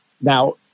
Now